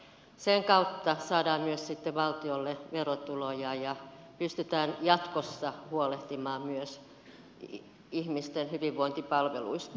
sen kautta saadaan myös sitten valtiolle verotuloja ja pystytään jatkossa huolehtimaan myös ihmisten hyvinvointipalveluista